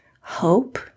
hope